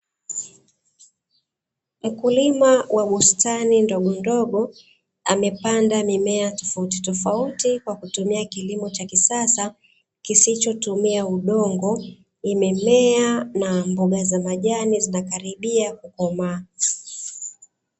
Mkulima wa bustani ndogondogo amepanda mimea tofautitofauti kwa kutumia kilimo cha kisasa kisichotumia udongo, imemea na mboga za majani zinakaribia kukomaa.